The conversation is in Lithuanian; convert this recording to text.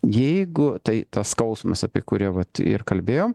jeigu tai tas skausmas apie kurį vat ir kalbėjom